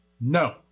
No